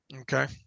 Okay